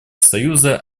союза